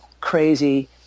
crazy